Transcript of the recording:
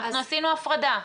עשינו הפרדה.